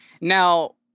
Now